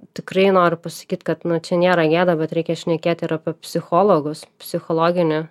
tikrai noriu pasakyt kad nu čia nėra gėda bet reikia šnekėt ir apie psichologus psichologinę